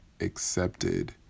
accepted